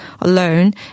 alone